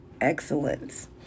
excellence